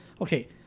Okay